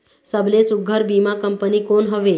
सबले सुघ्घर बीमा कंपनी कोन हवे?